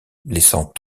laissant